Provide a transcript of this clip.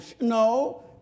no